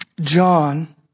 John